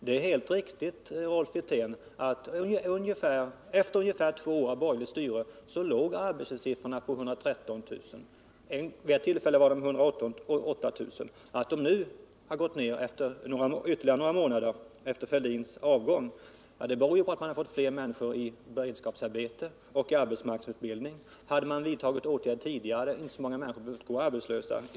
Det är, Rolf Wirtén, helt riktigt att arbetslöshetssiffrorna efter ungefär två år av borgerligt styre låg på ca 113 000. Vid ett tillfälle låg de på 108 000. Att de nu, några månader efter Thorbjörn Fälldins avgång, har gått ner beror ju på att man fått fler människor i beredskapsarbete och i arbetsmarknadsutbildning. Hade man vidtagit åtgärder tidigare, så hade inte så många människor behövt gå arbetslösa i